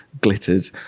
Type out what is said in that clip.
glittered